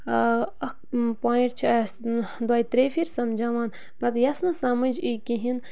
اکھ پویِنٛٹ چھِ اَسہِ دۄیہِ ترٛےٚ پھِر سَمجاوان پَتہٕ یَژھ نہٕ سَمٕجھ ای کِہیٖنۍ